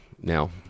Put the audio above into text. Now